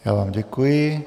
Já vám děkuji.